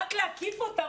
רק להקיף אותם,